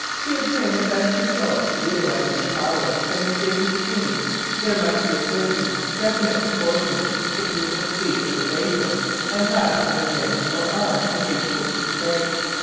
to obtain the best results in utilising the power from escaping steam there must be a certain definite proportion between the speed of the vapour and that of the vane or arm against which it strikes.